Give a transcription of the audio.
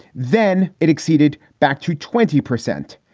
then it exceeded back to twenty percent.